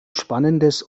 spannendes